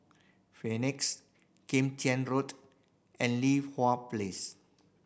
Phoenix Kim Tian Road and Li Hwan Place